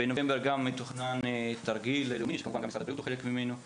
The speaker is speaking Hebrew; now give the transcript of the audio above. בנובמבר גם מתוכנן תרגיל לאומי שכמובן גם משרד הבריאות הוא חלק ממנו,